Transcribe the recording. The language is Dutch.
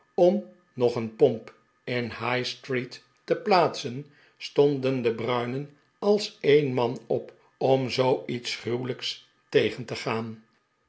om nog een pomp in de high-street te plaatsen stonden de bruinen als een man op om zoo iets gruwelijks tegen te gaan